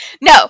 No